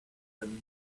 than